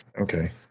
Okay